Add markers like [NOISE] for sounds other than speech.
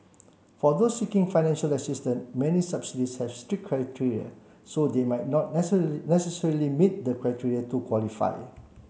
for those seeking financial assistance many subsidies have strict criteria so they might not [UNINTELLIGIBLE] necessarily meet the criteria to qualify